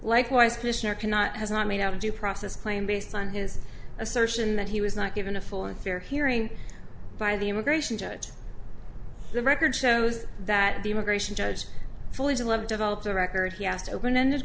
likewise commissioner cannot has not made out of due process claim based on his assertion that he was not given a full and fair hearing by the immigration judge the record shows that the immigration judge fully to love developed a record he asked open ended